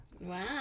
Wow